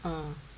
mm